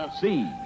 see